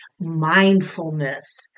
mindfulness